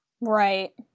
Right